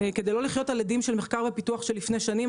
כדי לא 'לחיות על אדים' של מחקר ופיתוח של לפני שנים,